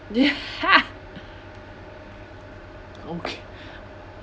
okay